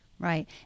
Right